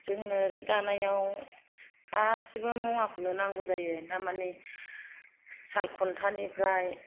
जोंनो जि दानायाव गासिबो मुवाखौनो नांगौ जायो थारमानि सालखुन्थानिफ्राय